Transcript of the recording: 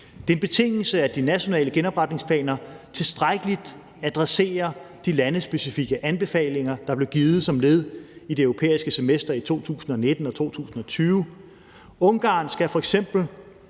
Det er en betingelse, at de nationale genopretningsplaner tilstrækkeligt adresserer de landespecifikke anbefalinger, der blev givet som led i det europæiske semester i 2019 og 2020. Ungarn skal